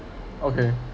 okay